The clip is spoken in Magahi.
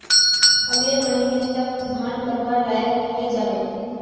अगले महीने तक धान कटवार लायक हई जा बे